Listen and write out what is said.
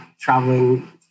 traveling